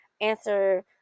answer